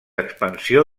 expansió